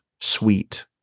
sweet